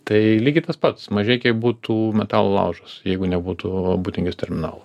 tai lygiai tas pats mažeikiai būtų metalo laužas jeigu nebūtų būtingės terminalo